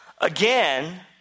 Again